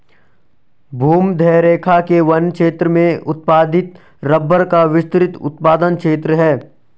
भूमध्यरेखा के वन क्षेत्र में उत्पादित रबर का विस्तृत उत्पादन क्षेत्र है